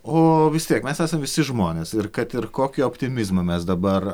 o vis tiek mes esam visi žmonės ir kad ir kokį optimizmą mes dabar